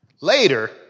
later